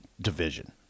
division